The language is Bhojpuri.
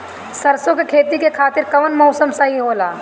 सरसो के खेती के खातिर कवन मौसम सही होला?